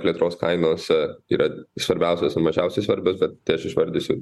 plėtros kainose yra svarbiausios ir mažiausiai svarbios bet tai aš išvardysiu